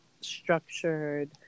structured